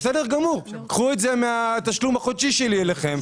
בסדר, קחו את זה מהתשלום החודשי שלי אליכם.